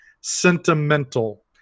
sentimental